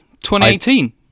2018